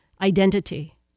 identity